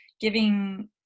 giving